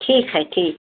ठीक हैय ठीक